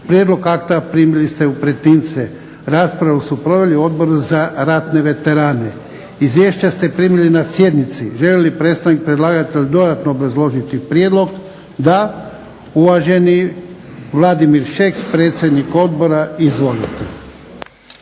Prijedlog akta primili ste u pretince. Raspravu su proveli Odbor za ratne veterane. Izvješća ste primili na sjednici. Želi li predstavnik predlagatelja dodatno obrazložiti prijedlog? Da. Uvaženi Vladimir Šeks, predsjednik Odbora. Izvolite.